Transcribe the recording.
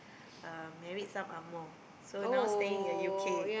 um married some angmoh so now staying at U_K